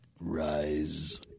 Rise